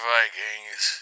Vikings